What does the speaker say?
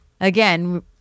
Again